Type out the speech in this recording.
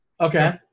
Okay